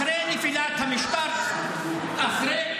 אחרי נפילת המשטר --- די כבר.